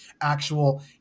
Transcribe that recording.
actual